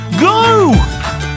Go